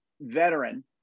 veteran